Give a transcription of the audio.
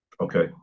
Okay